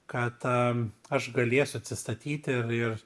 kad a aš galėsiu atsistatyti ir ir